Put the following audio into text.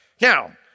Now